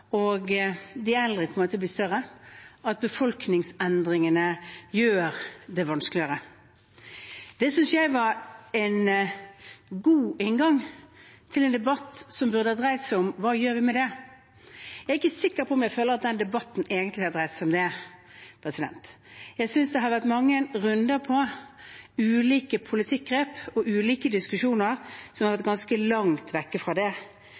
og de eldre kommer til å bli større, at befolkningsendringene gjør det vanskeligere. Det syns jeg var en god inngang til en debatt som burde ha dreid seg om hva vi gjør med det. Jeg er ikke sikker på om jeg føler at den debatten egentlig har dreid seg om det. Jeg syns det har vært mange runder på ulike politikkgrep og ulike diskusjoner som har vært langt vekk fra det,